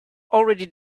already